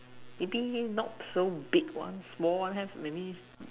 maybe not so big ones small one have maybe